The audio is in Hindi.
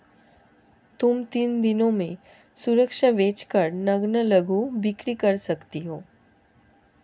तुम तीन दिनों में सुरक्षा बेच कर नग्न लघु बिक्री कर सकती हो